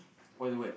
what the word